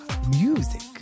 music